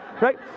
Right